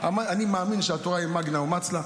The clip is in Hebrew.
אני מאמין שהתורה היא מגנא ומצלא.